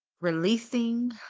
releasing